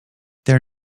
their